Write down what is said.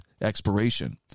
expiration